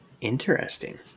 Interesting